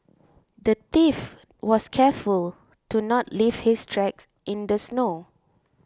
the thief was careful to not leave his tracks in the snow